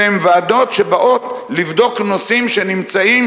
שהן ועדות שבאות לבדוק נושאים שנמצאים